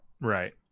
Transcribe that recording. Right